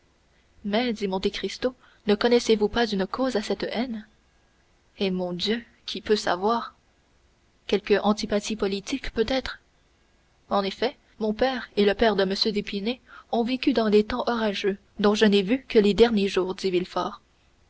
mais dit monte cristo ne connaissez-vous pas une cause à cette haine eh mon dieu qui peut savoir quelque antipathie politique peut-être en effet mon père et le père de m d'épinay ont vécu dans des temps orageux dont je n'ai vu que les derniers jours dit